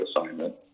assignment